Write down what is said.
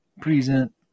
present